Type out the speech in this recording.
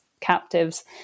captives